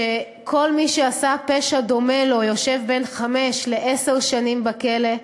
שכל מי שעשה פשע דומה לו יושב בין חמש לעשר שנים בכלא,